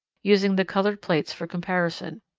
using the coloured plates for comparison.